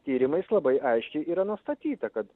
tyrimais labai aiškiai yra nustatyta kad